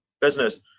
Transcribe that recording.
business